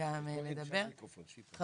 אבל כן,